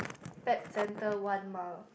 pet centre one mile